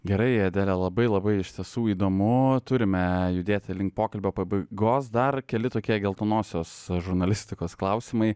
gerai adele labai labai iš tiesų įdomu turime judėti link pokalbio pabaigos dar keli tokie geltonosios žurnalistikos klausimai